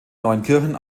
neunkirchen